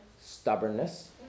stubbornness